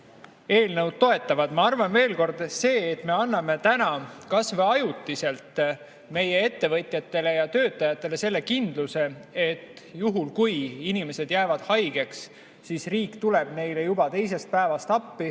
eelnõu toetavad. Ma arvan, veel kord, et see, kui me anname täna – kas või ajutiselt – meie ettevõtjatele ja töötajatele selle kindluse, et juhul kui inimesed jäävad haigeks, siis riik tuleb neile juba teisest päevast appi,